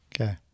Okay